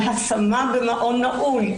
על השמה במעון נעול,